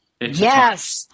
Yes